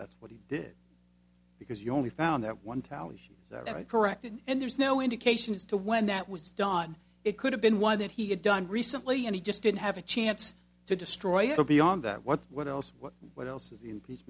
that's what he did because you only found that one tally sheet that i corrected and there's no indication as to when that was done it could have been y that he had done recently and he just didn't have a chance to destroy it or beyond that what what else what what else is in